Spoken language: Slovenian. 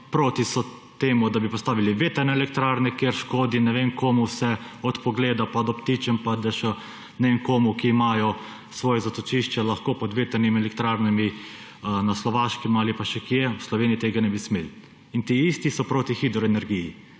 proti so temu, da bi postavili vetrne elektrarne, ker škodi ne vem komu vse, od pogleda pa do ptičev pa ne vem komu, ki imajo svoja zatočišča lahko pod vetrnimi elektrarnami, na Slovaškem ali pa še kje – v Sloveniji tega ne bi smeli. In ti isti so proti hidroenergiji.